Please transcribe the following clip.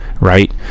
right